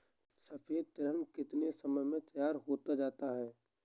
सफेद तिल कितनी समय में तैयार होता जाता है?